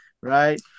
right